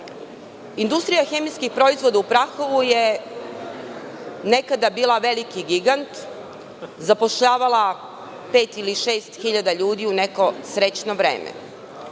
„Industrija hemijskih proizvoda“ u Prahovu je nekada bila veliki gigant, zapošljavala pet ili šest hiljada ljudi u neko srećno vreme.